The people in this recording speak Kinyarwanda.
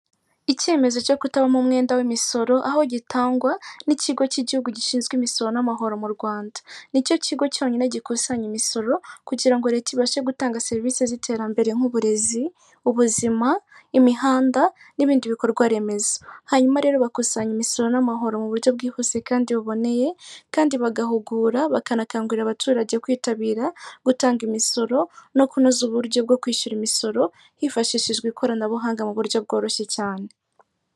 Icyemezo cyo kutabamo umwenda w'imisoro, aho gitangwa n'ikigo cy'igihugu gishinzwe imisoro n'amahoro mu Rwanda. Ni cyo kigo cyonyine gikusanya imisoro kugira ngo leta ibashe gutanga serivisi z'iterambere nk'uburezi, ubuzima, imihanda n'ibindi bikorwa remezo. Hanyuma rero bakusanya imisoro n'amahoro mu buryo bwihuse kandi buboneye kandi bagahugura bakanakangurira abaturage kwitabira gutanga imisoro no kunoza uburyo bwo kwishyura imisoro, hifashishijwe ikoranabuhanga mu buryo bworoshye cyane.